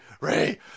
Ray